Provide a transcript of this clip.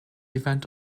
event